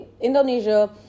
Indonesia